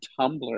Tumblr